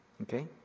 Okay